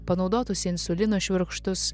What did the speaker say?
panaudotus insulino švirkštus